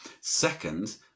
Second